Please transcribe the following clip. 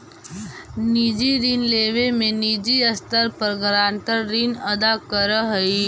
निजी ऋण लेवे में निजी स्तर पर गारंटर ऋण अदा करऽ हई